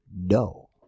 no